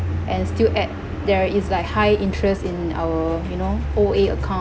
and still add there is like high interest in our you know O_A